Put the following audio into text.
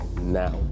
now